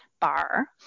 bar